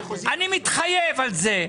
אני מתחייב על זה.